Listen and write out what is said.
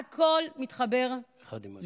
הכול מתחבר, אחד עם השני.